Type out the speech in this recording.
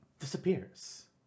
disappears